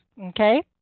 Okay